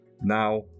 Now